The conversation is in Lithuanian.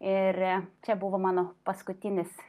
ir čia buvo mano paskutinis